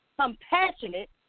compassionate